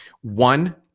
One